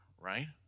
right